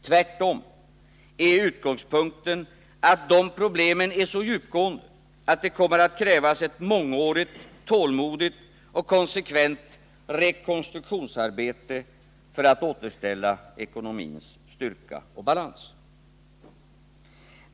Tvärtom är utgångspunkten att dessa problem är så djupgående att det kommer att krävas ett mångårigt, tålmodigt och konsekvent rekonstruktionsarbete för att återställa ekonomins styrka och balans.